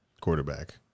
quarterback